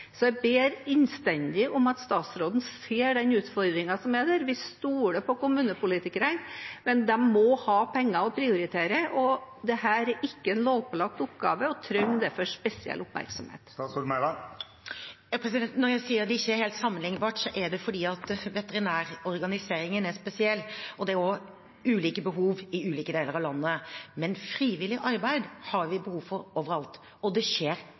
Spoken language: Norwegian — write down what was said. Så jeg ber innstendig om at statsråden ser den utfordringen som er der. Vi stoler på kommunepolitikerne, men de må ha penger til å prioritere, og dette er ikke en lovpålagt oppgave og trenger derfor spesiell oppmerksomhet. Når jeg sier at det ikke er helt sammenlignbart, er det fordi veterinærorganiseringen er spesiell, og det er også ulike behov i ulike deler av landet. Men frivillig arbeid har vi behov for overalt, og det skjer